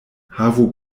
havu